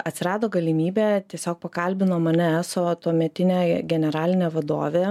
atsirado galimybė tiesiog pakalbino mane eso tuometinė generalinė vadovė